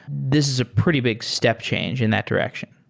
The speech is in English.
this is a pretty big step change in that direction